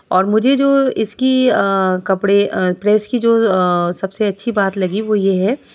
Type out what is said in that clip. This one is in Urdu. اور مجھے جو اس کی کپڑے پریس کی جو سب سے اچھی بات لگی وہ یہ ہے